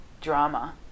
drama